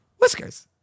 Whiskers